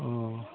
अह